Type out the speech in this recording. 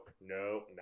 no